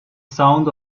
sound